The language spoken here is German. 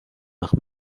nach